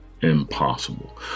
impossible